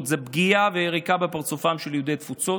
הוא פגיעה ויריקה בפרצופם של יהודי התפוצות.